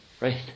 right